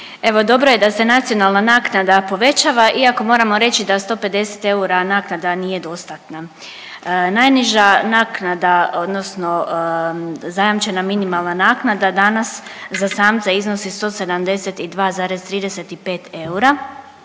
Evo dobro je da se nacionalna naknada povećava iako moramo reći da 150 eura naknada nije dostatna. Najniža naknada odnosno zajamčena minimalna naknada danas za samca iznosi 172,35 eura,